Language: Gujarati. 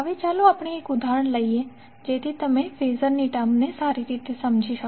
હવે ચાલો આપણે એક ઉદાહરણ લઈએ જેથી તમે ફેઝરની ટર્મ સારી રીતે સમજી શકો